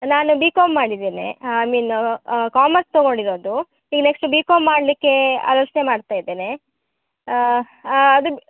ನಾನು B com ಮಾಡಿದ್ದೇನೆ I mean commerce ತಗೊಂಡಿರೋದು ಈಗ ನೆಕ್ಸ್ಟ್ ಬಿ ಕಾಮ್ ಮಾಡ್ಲಿಕ್ಕೆ ಆಲೋಚನೆ ಮಾಡ್ತ ಇದ್ದೇನೆ ಅದು